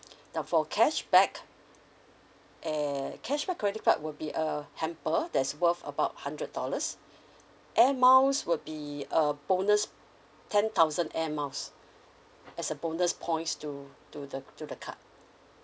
now for cashback err cashback credit card will be a hamper that's worth about hundred dollars air miles would be a bonus ten thousand air miles as a bonus points to to the to the card